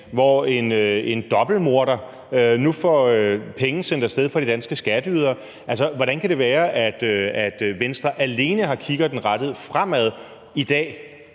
hvor en dobbeltmorder nu får penge sendt af sted fra de danske skatteydere, alene har kikkerten rettet fremad i dag